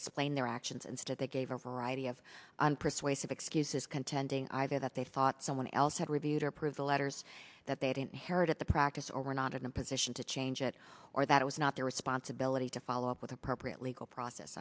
explain their actions instead they gave a variety of persuasive excuses contending either that they thought someone else had reviewed her privilege years that they didn't herod at the practice or were not in a position to change it or that it was not their responsibility to follow up with appropriate legal process